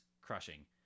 crushing